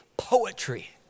poetry